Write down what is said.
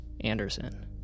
Anderson